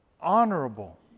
honorable